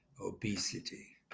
obesity